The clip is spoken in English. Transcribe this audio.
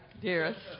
dearest